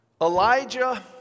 Elijah